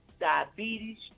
diabetes